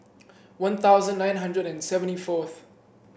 One Thousand nine hundred and seventy fourth